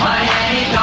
Miami